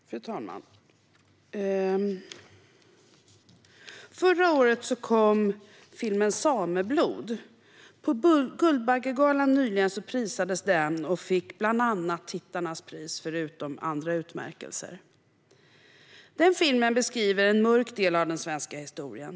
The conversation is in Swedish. Fru talman! Förra året kom filmen Sameblod . På Guldbaggegalan, som hölls nyligen, prisades den och fick bland annat tittarnas pris, förutom andra utmärkelser. Filmen beskriver en mörk del av den svenska historien.